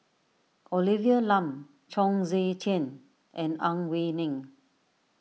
Olivia Lum Chong Tze Chien and Ang Wei Neng